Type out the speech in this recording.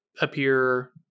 appear